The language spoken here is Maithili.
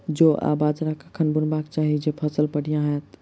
जौ आ बाजरा कखन बुनबाक चाहि जँ फसल बढ़िया होइत?